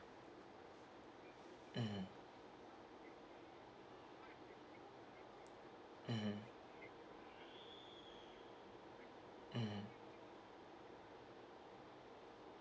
mmhmm mmhmm mmhmm